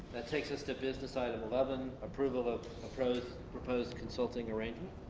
that takes us to business item eleven approval of proposed consulting arrangement.